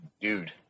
dude